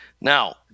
Now